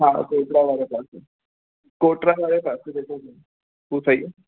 हा कोटरा वारे पासे कोटरा वारे पासे जेको हो हो सई आहे